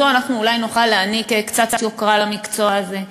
אנחנו נוכל להעניק קצת יוקרה למקצוע הזה.